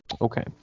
Okay